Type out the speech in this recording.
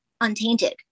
untainted